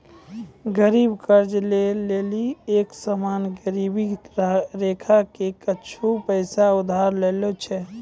गरीब कर्जा ले लेली एक सामान गिरबी राखी के कुछु पैसा उधार लै छै